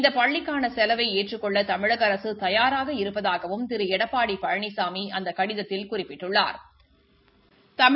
இந்த பள்ளிக்கான செலவினை ஏற்றுக் கொள்ள தமிழக அரசு தயாராக இருப்பதாகவும் திரு எடப்பாடி பழனினமி அந்த கடிதத்தில் குறிப்பிட்டுள்ளாா்